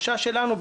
החשש שלנו,